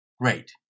Great